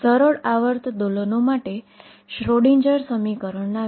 તો આજે હું તમને પાર્ટીકલ સાથે સંકળાયેલ વેવ હોવાના વિચાર સાથે પરિચય કરાવીશ